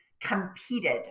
competed